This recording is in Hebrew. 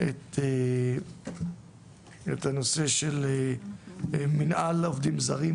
את הנושא של מינהל העובדים הזרים,